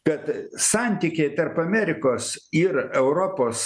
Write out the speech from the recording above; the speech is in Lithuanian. kad santykiai tarp amerikos ir europos